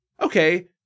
okay